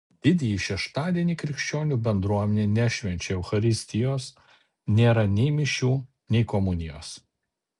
didįjį šeštadienį krikščionių bendruomenė nešvenčia eucharistijos nėra nei mišių nei komunijos